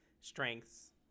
strengths